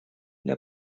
для